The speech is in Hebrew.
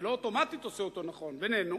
זה לא אוטומטית עושה אותו לנכון, בינינו,